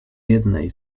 jednej